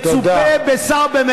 תודה.